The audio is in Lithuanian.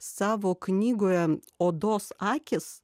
savo knygoje odos akys